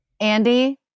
Andy